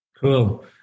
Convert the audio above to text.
Cool